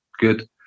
good